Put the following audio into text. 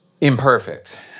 imperfect